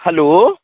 hello